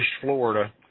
florida